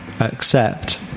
accept